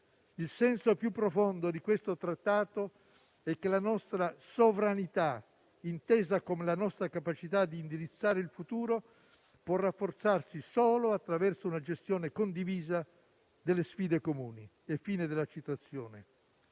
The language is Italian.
«il senso più profondo di questo trattato è che la nostra sovranità, intesa come la nostra capacità di indirizzare il futuro, può rafforzarsi solo attraverso una gestione condivisa delle sfide comuni»; e neanche